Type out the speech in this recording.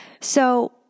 So-